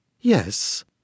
Yes